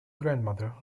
grandmother